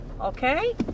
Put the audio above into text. okay